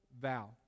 vow